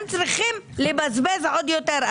הם צריכים לבזבז עוד יותר,